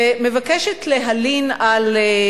שמבקשת להלין על,